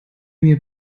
mir